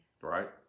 Right